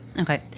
Okay